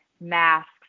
masks